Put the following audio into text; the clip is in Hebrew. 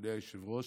אדוני היושב-ראש,